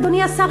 אדוני השר,